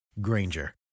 Granger